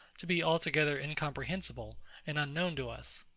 to be altogether incomprehensible and unknown to us.